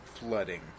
Flooding